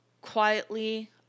quietly